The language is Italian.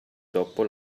dopo